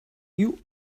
you